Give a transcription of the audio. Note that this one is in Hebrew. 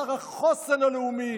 שר החוסן הלאומי,